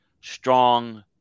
strong